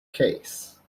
case